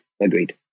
agreed